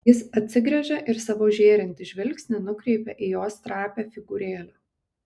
jis atsigręžė ir savo žėrintį žvilgsnį nukreipė į jos trapią figūrėlę